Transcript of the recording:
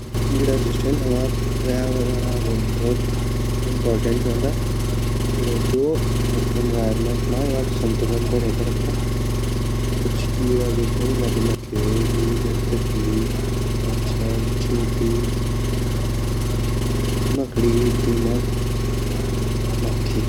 कीड़ा जु छिन हमा प्रयावरंडा वेन भोत अच्छा वांडा किलेकी उ एनवायरनमेंट मा योक संतुलन बड़े ते राख्दा कुछ कीड़ा जु छिन मधुमखी वेगि मछर ,चींटी, मकड़ी ,दीमक अर मक्खी।